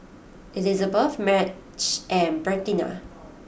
Elizebeth Madge and Bertina